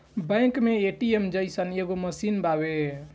bank मे ATM जइसन एगो मशीन बावे